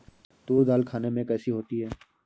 तूर दाल खाने में कैसी होती है?